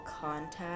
contact